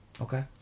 Okay